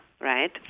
right